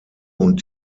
und